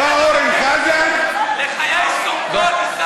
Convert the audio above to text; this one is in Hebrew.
עיסאווי, הרצל.